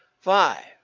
Five